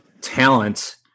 talent